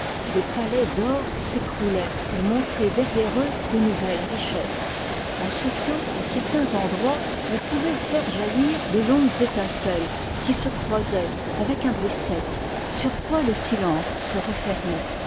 des palais d'or s'écroulaient pour montrer derrière eux de nouvelles richesses en soufflant à certains endroits on pouvait faire jaillir de longues étincelles qui se croisaient avec un bruit sec sur quoi le silence se refermait